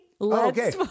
okay